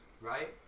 right